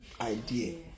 idea